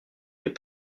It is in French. les